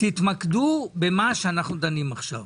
תתמקדו במה שאנחנו דנים עכשיו.